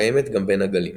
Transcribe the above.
הקיימת גם בין הגלים.